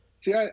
See